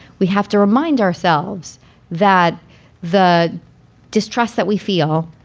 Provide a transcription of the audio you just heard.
we have to remind ourselves that the distrust that we feel.